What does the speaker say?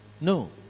No